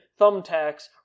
thumbtacks